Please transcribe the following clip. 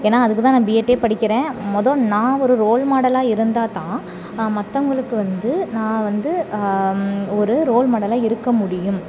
ஏன்னால் அதுக்கு தான் நான் பிஎட்டே படிக்கிறேன் மொதல் நான் ஒரு ரோல் மாடலாக இருந்தால்த்தான் மற்றவுங்களுக்கு வந்து நான் வந்து ஒரு ரோல் மாடலாக இருக்க முடியும்